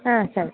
ಹಾಂ ಸರಿ